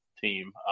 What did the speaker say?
team